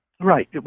Right